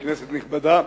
כנסת נכבדה,